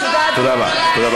תודה רבה.